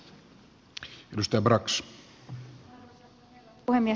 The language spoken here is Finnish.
arvoisa herra puhemies